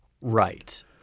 Right